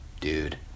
Dude